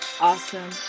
awesome